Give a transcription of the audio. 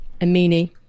Amini